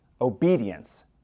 Obedience